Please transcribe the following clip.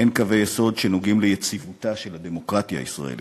אין קווי יסוד שנוגעים ליציבותה של הדמוקרטיה הישראלית.